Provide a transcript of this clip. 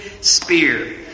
spear